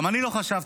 גם אני לא חשבתי,